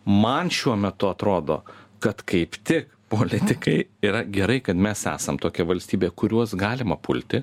man šiuo metu atrodo kad kaip tik politikai yra gerai kad mes esam tokia valstybė kuriuos galima pulti